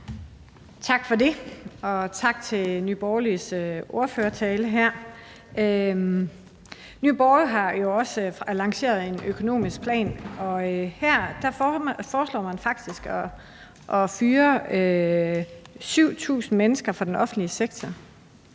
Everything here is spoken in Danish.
Tak for det, og tak til Nye Borgerliges ordfører for talen her. Nye Borgerlige har jo også lanceret en økonomisk plan, og her foreslår man faktisk at fyre 7.000 mennesker i den offentlige sektor.